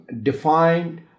defined